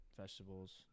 vegetables